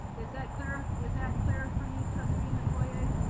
is that clear? is that clear and for you trustee metoyer?